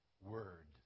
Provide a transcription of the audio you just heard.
word